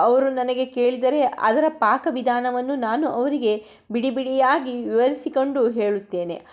ಅವರು ನನಗೆ ಕೇಳಿದರೆ ಅದರ ಪಾಕವಿಧಾನವನ್ನು ನಾನು ಅವರಿಗೆ ಬಿಡಿ ಬಿಡಿಯಾಗಿ ವಿವರಿಸಿಕೊಂಡು ಹೇಳುತ್ತೇನೆ